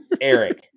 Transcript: Eric